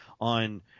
on